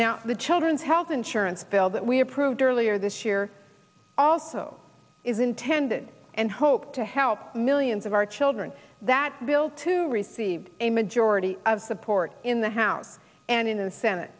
now the children's health insurance bill that we approved earlier this year also is intended and hope to help millions of our children that bill to receive a majority of support in the house and in the senate